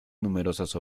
numerosas